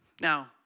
Now